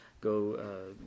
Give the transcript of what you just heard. go